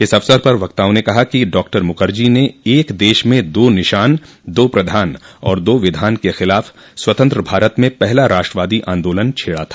इस अवसर पर वक्ताओं ने कहा कि डॉक्टर मुखर्जी ने एक देश में दो निशान दो प्रधान और दो विधान के खिलाफ स्वतंत्र भारत में पहला राष्ट्रवादी आन्दोलन छेड़ा था